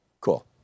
cool